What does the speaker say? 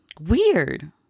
weird